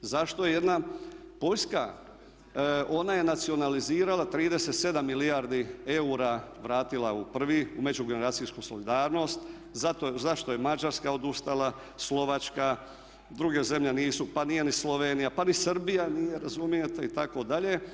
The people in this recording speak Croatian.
Zašto jedna Poljska, ona je nacionalizirala 37 milijardi eura, vratila u prvi, u međugeneracijsku solidarnost, zašto je Mađarska odustala, Slovačka, druge zemlje nisu pa nije ni Slovenija, pa ni Srbija nije, razumijete itd.